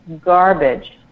garbage